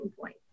point